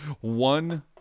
One